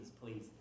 please